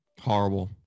horrible